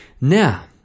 Now